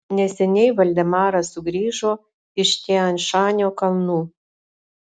neseniai valdemaras sugrįžo iš tian šanio kalnų